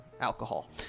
alcohol